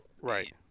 Right